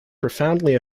profoundly